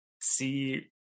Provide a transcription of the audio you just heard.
see